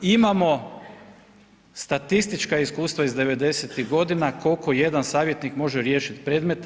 Imamo statistička iskustva iz devedesetih godina koliko jedan savjetnik može riješiti predmeta.